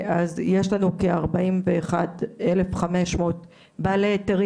אז יש לנו כארבעים ואחד אלף חמש מאות בעלי היתרים